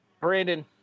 Brandon